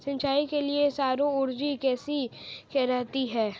सिंचाई के लिए सौर ऊर्जा कैसी रहती है?